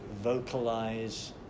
vocalize